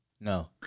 no